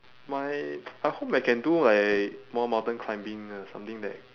my I hope I can do like more mountain climbing uh something that